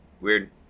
Weird